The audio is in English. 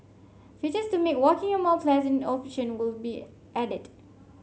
features to make walking a more pleasant option will be added